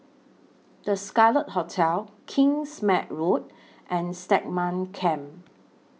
The Scarlet Hotel Kingsmead Road and Stagmont Camp